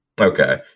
Okay